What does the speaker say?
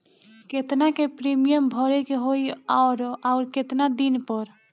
केतना के प्रीमियम भरे के होई और आऊर केतना दिन पर?